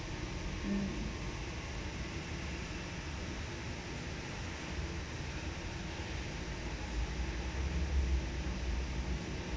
mm